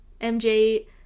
MJ